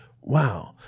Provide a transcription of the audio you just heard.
Wow